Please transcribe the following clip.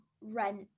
rent